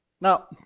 Now